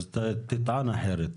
אז תטען אחרת.